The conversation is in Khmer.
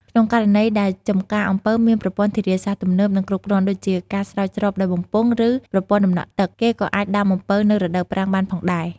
ក្នុងករណីដែលចំការអំពៅមានប្រព័ន្ធធារាសាស្ត្រទំនើប និងគ្រប់គ្រាន់ ដូចជាការស្រោចស្រពដោយបំពង់ ឬប្រព័ន្ធដំណក់ទឹក គេក៏អាចដាំអំពៅនៅ រដូវប្រាំងបានផងដែរ។